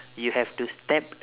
you have to step